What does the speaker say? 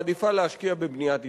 מעדיפה להשקיע בבניית התנחלויות,